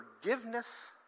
Forgiveness